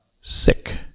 sick